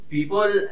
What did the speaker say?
People